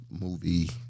movie